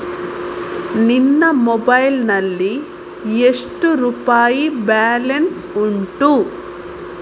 ನಿನ್ನ ಮೊಬೈಲ್ ನಲ್ಲಿ ಎಷ್ಟು ರುಪಾಯಿ ಬ್ಯಾಲೆನ್ಸ್ ಉಂಟು?